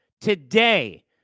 Today